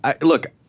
Look